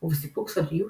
ובסיפוק סודיות,